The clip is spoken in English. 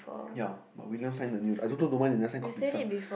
ya but we never sign the new I don't know why they don't sign